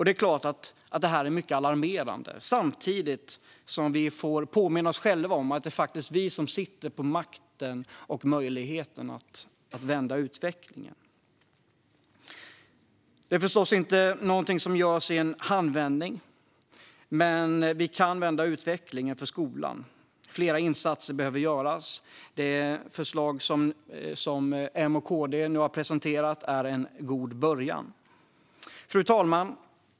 Det är klart att detta är mycket alarmerande, samtidigt som vi får påminna oss själva om att det faktiskt är vi som sitter på makten och möjligheten att vända utvecklingen. Detta är förstås inte något som görs i en handvändning, men vi kan vända utvecklingen för skolan. Flera insatser behöver göras, och de förslag som M och KD nu har presenterat är en god början. Fru talman!